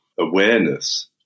awareness